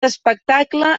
espectacle